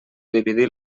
dividir